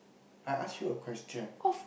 I ask you a question